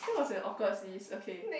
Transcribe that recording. that was an awkward sneeze okay